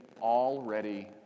already